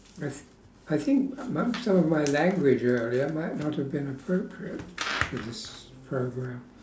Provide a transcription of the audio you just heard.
yes I think um my some of my language earlier might not have been appropriate for this programme